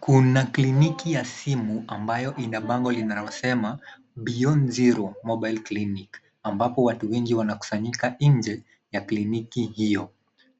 Kuna kliniki ya simu ambayo ina bango linalosema Beyond Zero mobile Clinic ambapo watu wengi wanakusanyika nje ya kliniki hiyo.